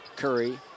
Curry